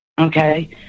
okay